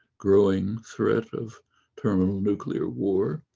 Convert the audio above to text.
growing threat of terminal nuclear war.